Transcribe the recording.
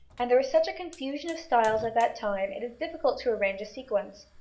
and there is such a confusion of styles at that time, it is difficult to arrange a sequence.